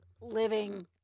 living